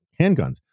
handguns